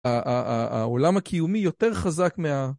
העולם הקיומי יותר חזק מה...